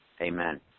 amen